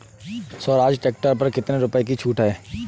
Swaraj tractor पर कितनी रुपये की छूट है?